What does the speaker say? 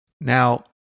Now